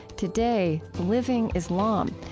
today, living islam,